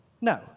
No